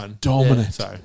dominant